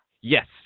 Yes